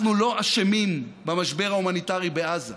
אנחנו לא אשמים במשבר ההומניטרי בעזה,